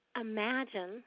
imagine